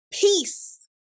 peace